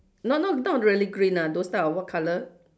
no~ no~ not really green ah those type of what colour